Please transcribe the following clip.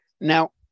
Now